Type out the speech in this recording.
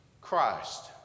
Christ